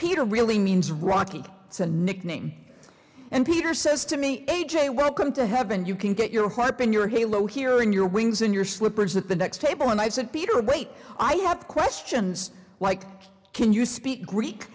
peter really means rocky it's a nickname and peter says to me a j welcome to heaven you can get your heart in your halo here and your wings in your slippers at the next table and i said peter great i have questions like can you speak greek